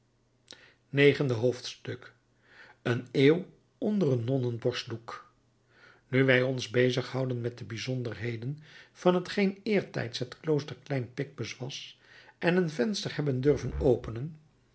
negende hoofdstuk een eeuw onder een nonnen borstdoek nu wij ons bezighouden met de bijzonderheden van t geen eertijds het klooster klein picpus was en een venster hebben durven openen